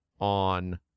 on